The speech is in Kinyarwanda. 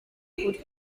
ukuri